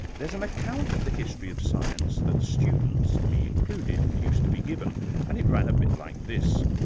there's an account of the history of science that students, me included, used to be given and it ran a bit like this.